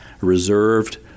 reserved